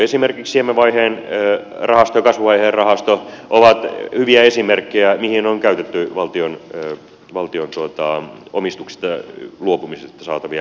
esimerkiksi siemenvaiheen rahasto ja kasvuvaiheen rahasto ovat hyviä esimerkkejä mihin on käytetty valtion omistuksesta luopumisesta saatavia määrärahoja